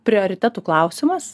prioritetų klausimas